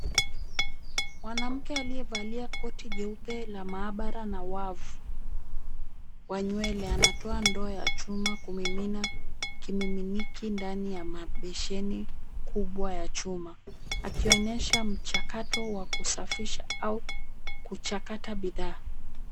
Mwanamke aliyevalia koti jeupe la maabara na wavu wa nywele anatoa ndoo ya chuma kumimina kimiminiki ndani ya mabesheni kubwa ya chuma, akionyesha mchakato wa kusafisha au kuchakata bidhaa.